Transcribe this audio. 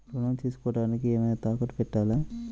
ఋణం తీసుకొనుటానికి ఏమైనా తాకట్టు పెట్టాలా?